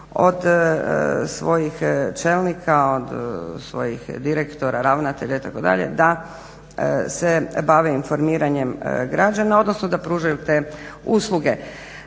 od svojih čelnika, od svojih direktora, ravnatelja itd. da se bave informiranjem građana odnosno da pružaju te usluge.